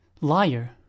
Liar